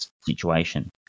situation